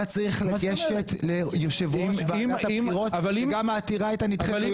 היה צריך לגשת ליושב ראש ועדת הבחירות וגם אם העתירה הייתה נדחית.